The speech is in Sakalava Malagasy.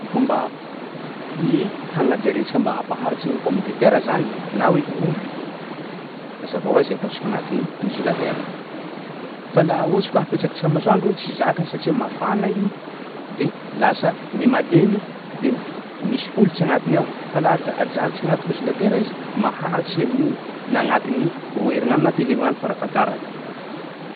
Ny fomba i- hagnajariantsika mba hampaharitsy ny pomme de terra zany na hoe ovy mazava hoazy ataontsika agnatin'ny congelatera, fa laha ohatsy ka apetsakitsika am'masoandro igny tsy zakany satsia mafana i de lasa miha-malemy de m- misy holitsy agnatiny ao fa laha ta- ajaritsina agnaty congelatera izy maharitsy i amin'igny na agnatin'ny roa herinany na telo herinany farafahatarany.